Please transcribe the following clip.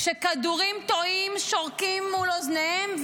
כשכדורים טועים שורקים מול אוזניהם,